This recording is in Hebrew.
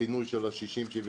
בפינוי של ה-60%-70%,